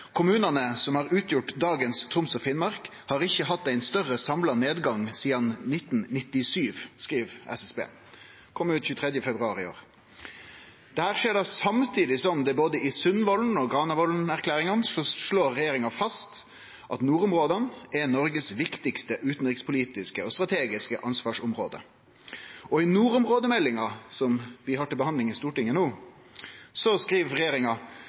som har utgjort dagens Troms og Finnmark har ikkje hatt ein større samla nedgang sidan 1997», skriv SSB. Det kom ut 23. februar i år. Dette skjer samtidig som regjeringa i både Sundvolden-plattforma og Granavolden-plattforma slår fast at nordområda er Noregs viktigaste utanrikspolitiske og strategiske ansvarsområde. I nordområdemeldinga vi har til behandling i Stortinget no, skriv regjeringa: